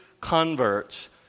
converts